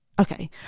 Okay